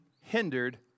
hindered